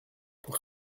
pour